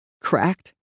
cracked